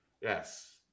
Yes